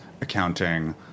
accounting